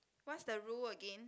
what's the rule again